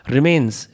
Remains